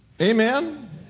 Amen